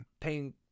Paying